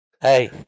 hey